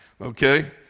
okay